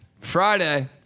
Friday